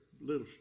little